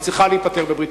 היא צריכה להיפתר בבריטניה.